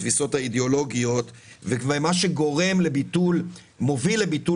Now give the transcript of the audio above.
התפיסות האידיאולוגיות ומה שמוביל לביטול